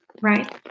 right